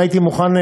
אם הייתי יכול,